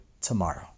tomorrow